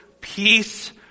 peace